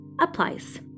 applies